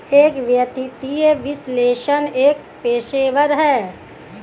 एक वित्तीय विश्लेषक एक पेशेवर है